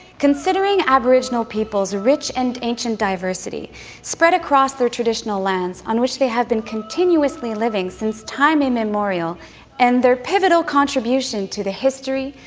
considering aboriginal peoples' rich and ancient diversity spread across their traditional lands, on which they have been continuously living since time immemorial and their pivotal contribution to the history,